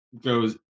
goes